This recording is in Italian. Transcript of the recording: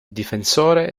difensore